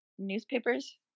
newspapers